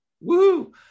Woo